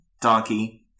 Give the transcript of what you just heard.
donkey